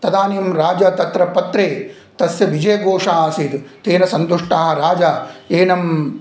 तदानीं राजा तत्र पत्रे तस्य विजयघोषः आसीत् तेन सन्तुष्टः राजा एनं